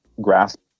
grasp